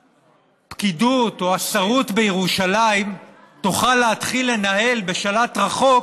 שהפקידות או השׂרוּת בירושלים תוכל להתחיל לנהל בשלט רחוק